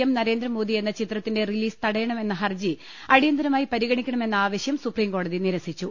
M Narendra Modi എന്ന ചിത്രത്തിന്റെ release തടയണമെന്ന ഹർജി അടിയന്തരമായി പരിഗണിക്കണമെന്ന ആവശ്യം സുപ്രീം കോടതി നിരസിച്ചു